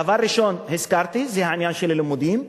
דבר ראשון, הזכרתי, זה העניין של הלימודים.